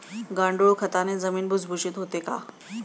गांडूळ खताने जमीन भुसभुशीत होते का?